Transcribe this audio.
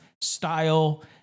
style